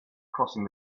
crossing